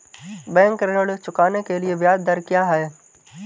Bank ऋण चुकाने के लिए ब्याज दर क्या है?